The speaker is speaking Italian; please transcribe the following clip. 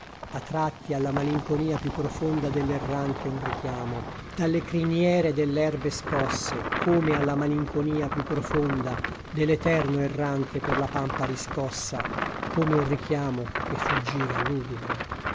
a tratti alla malinconia più profonda dell'errante un richiamo dalle criniere dell'erbe scosse come alla malinconia più profonda dell'eterno errante per la pampa riscossa come un richiamo che fuggiva lugubre